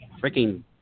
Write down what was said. freaking